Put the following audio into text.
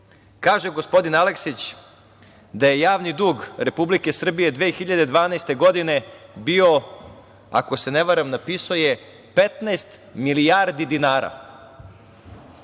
Kaže gospodin Aleksić da je javni dug Republike Srbije 2012. godine, ako se ne varam, napisao je 15 milijardi dinara.